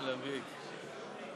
מס הכנסה (מס' 229)